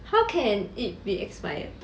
how can it be expired